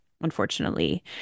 unfortunately